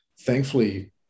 thankfully